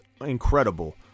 incredible